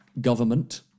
Government